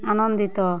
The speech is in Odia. ଆନନ୍ଦିତ